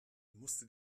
musste